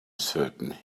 certain